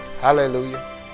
Hallelujah